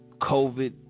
COVID